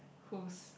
who's